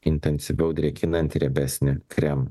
intensyviau drėkinantį riebesnį kremą